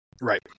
Right